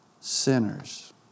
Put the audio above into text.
sinners